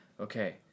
okay